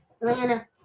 Atlanta